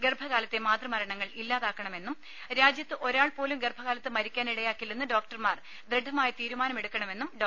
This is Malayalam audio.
ഗർഭകാലത്തെ മാതൃ മരണങ്ങൾ ഇല്ലാ താക്കണ മെന്നും രാജ്യത്ത് ഒരാൾ പോലും ഗർഭകാലത്ത് മരിക്കാൻ ഇടയാക്കില്ലെന്ന് ഡോക്ടർമാർ ദൃഢമായ തീരുമാനം എടുക്കണമെന്നും ഡോ